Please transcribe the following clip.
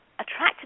attracted